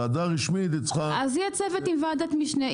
ועדה רשמית צריכה --- אז יהיה צוות עם ועדת משנה.